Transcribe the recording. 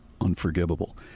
unforgivable